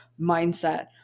mindset